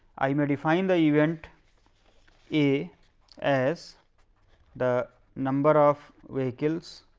i may define the event a as the number of vehicles